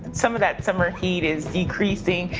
some of that summer heat is decreasing,